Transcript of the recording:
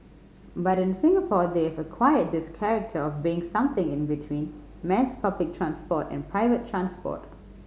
but in Singapore they've acquired this character of being something in between mass public transport and private transport